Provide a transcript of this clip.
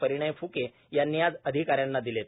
परिणय फ्के यांनी आज अधिकाऱ्यांना दिलेत